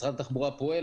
משרד התחבורה פועל,